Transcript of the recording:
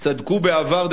צדקו בעבר,